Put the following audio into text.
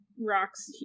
rocks